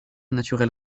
naturel